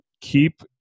keep